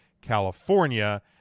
California